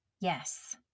Yes